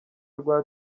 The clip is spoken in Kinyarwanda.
rwa